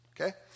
Okay